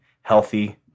healthy